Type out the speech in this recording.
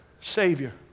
Savior